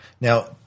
Now